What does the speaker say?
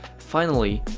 finally,